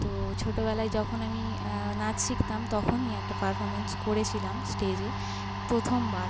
তো ছোটবেলায় যখন আমি নাচ শিখতাম তখনই একটা পারফরমেন্স করেছিলাম স্টেজে প্রথমবার